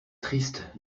triste